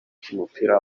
cy’umupira